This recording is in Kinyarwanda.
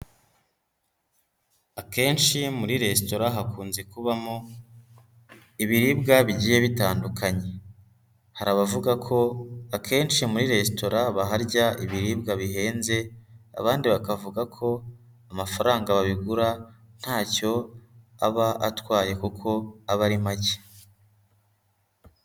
Akenshi muri resitora hakunze kubamo ibiribwa bigiye bitandukanye, hari abavuga ko akenshi muri resitora baharya ibiribwa bihenze abandi bakavuga ko amafaranga babigura nta cyo aba atwaye kuko aba ari make.